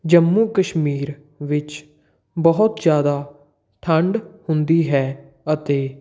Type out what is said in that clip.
ਜੰਮੂ ਕਸ਼ਮੀਰ ਵਿੱਚ ਬਹੁਤ ਜ਼ਿਆਦਾ ਠੰਡ ਹੁੰਦੀ ਹੈ ਅਤੇ